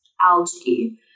algae